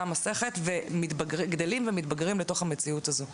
המסכת וגדלים ומתבגרים לתוך המציאות הזאת.